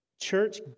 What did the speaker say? church